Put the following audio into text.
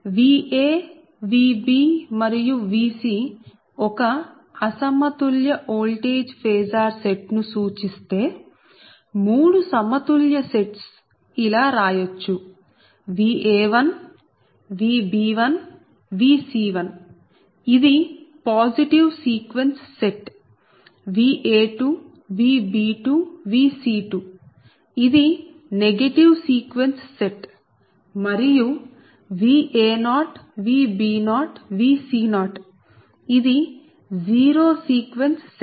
Va Vb మరియు Vc ఒక అసమతుల్య ఓల్టేజ్ ఫేసార్ సెట్ ను సూచిస్తే మూడు సమతుల్య సెట్స్ ఇలా రాయచ్చు Va1 Vb1 Vc1 ఇది పాజిటివ్ సీక్వెన్స్ సెట్ Va2Vb2Vc2 ఇది నెగటివ్ సీక్వెన్స్ సెట్ మరియు Va0Vb0Vc0 ఇది జీరో సీక్వెన్స్ సెట్